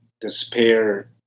despair